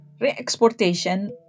Re-exportation